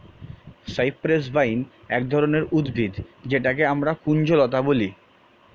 cypress vine এক ধরনের উদ্ভিদ যেটাকে আমরা কুঞ্জলতা বলি